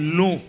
no